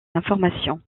information